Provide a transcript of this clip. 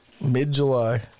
Mid-July